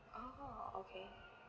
oh okay